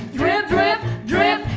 drip drip, drip.